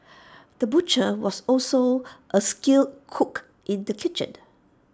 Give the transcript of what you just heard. the butcher was also A skilled cook in the kitchen